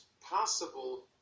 possible